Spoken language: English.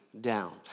down